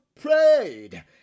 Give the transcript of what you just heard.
prayed